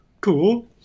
cool